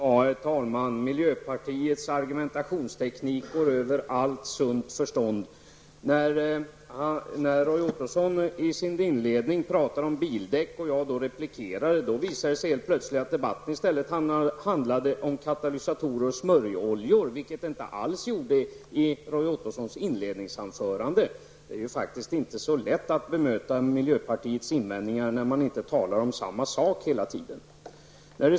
Herr talman! Miljöpartiets argumentationsteknik går över allt sunt förstånd. Roy Ottosson talade i sin inledning om bildäck, och jag replikerade på det. Men då visade det sig helt plötsligt att debatten i stället handlade om katalysatorer och smörjoljor, vilket inte alls var fallet i Roy Ottossons inledningsanförande. Det är ju faktiskt inte så lätt att bemöta miljöpartiets invändningar, när de inte talar om samma sak hela tiden.